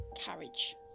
carriage